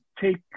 take